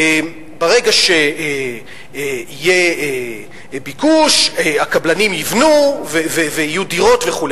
ברגע שיהיה ביקוש, הקבלנים יבנו ויהיו דירות וכו'.